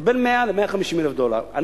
זה בין 100,000 דולר ל-150,000 דולר.